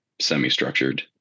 semi-structured